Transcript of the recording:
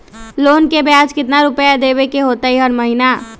Loan के ब्याज कितना रुपैया देबे के होतइ हर महिना?